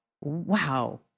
wow